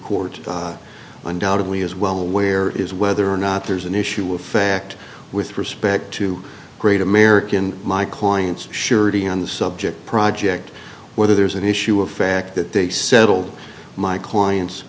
court undoubtedly as well where is whether or not there's an issue of fact with respect to a great american my client's surety on the subject project whether there's an issue of fact that they settled my client